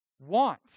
want